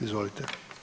Izvolite.